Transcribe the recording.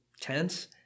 tense